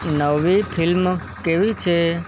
નવી ફિલ્મ કેવી છે